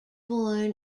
born